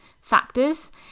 factors